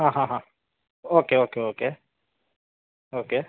ಆಂ ಹಾಂ ಹಾಂ okay okay okay okay